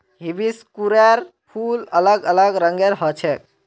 हिबिस्कुसेर फूल अलग अलग रंगेर ह छेक